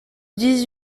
dix